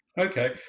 Okay